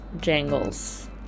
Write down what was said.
jangles